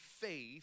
faith